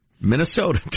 Minnesota